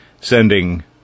sending